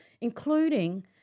including